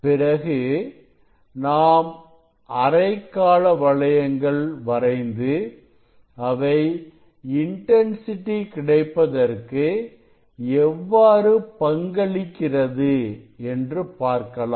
பிறகு நாம் அரைக்காலவளையங்கள் வரைந்து அவை இன்டன்சிட்டி கிடைப்பதற்கு எவ்வாறு பங்களிக்கிறது என்று பார்க்கலாம்